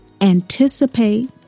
anticipate